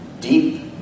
deep